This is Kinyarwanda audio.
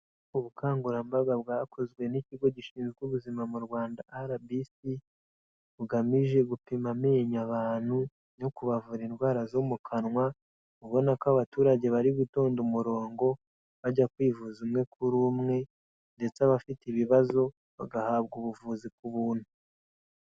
Ubukangurambaga bwakozwe n'ikigo gishinzwe ubuzima mu Rwanda RBC, bugamije gupima amenyo abantu no kubavura indwara zo mu kanwa, ubona ko abaturage bari gutonda umurongo, bajya kwivuza umwe kuri umwe ndetse abafite ibibazo bagahabwa ubuvuzi ku buntu.